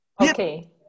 Okay